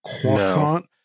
croissant